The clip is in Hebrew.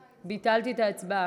הצבעתם, ביטלתי את ההצבעה.